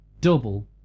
double